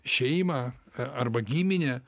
šeimą arba giminę